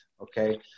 Okay